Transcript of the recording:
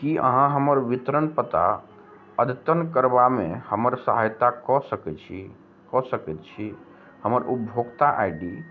कि अहाँ हमर वितरण पता अद्यतन करबामे हमर सहायता कऽ सकय छी कऽ सकैत छी हमर उपभोक्त आई डी